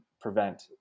prevent